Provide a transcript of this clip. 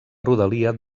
rodalia